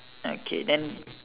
okay then